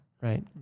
right